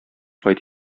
кайт